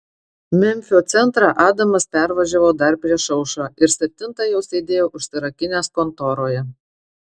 memfio centrą adamas pervažiavo dar prieš aušrą ir septintą jau sėdėjo užsirakinęs kontoroje